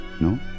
No